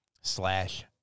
slash